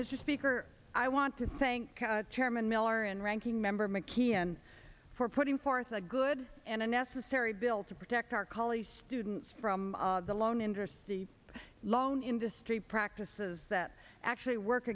is speaker i want to thank chairman miller and ranking member mckeon for putting forth a good and unnecessary bill to protect our college students from the loan interest loan industry practices that actually work